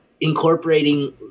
incorporating